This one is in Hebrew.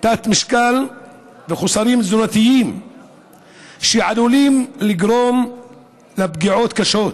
תת-משקל וחסרים תזונתיים שעלולים לגרום לפגיעות קשות.